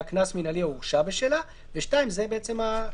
קנס מנהלי או הורשע בשלה." ו-(2) שזה בעצם החידוש,